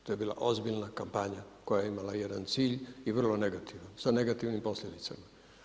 To je bila ozbiljna kampanja koja je imala jedan cilj i vrlo negativan, sa negativnim posljedicama.